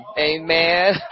amen